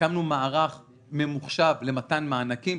הקמנו מערך ממוחשב למתן מענקים,